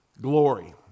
glory